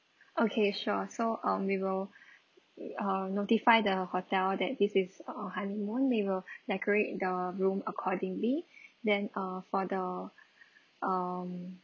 okay sure so um we will err notify the hotel that this is err honeymoon we will decorate the room accordingly then uh for the um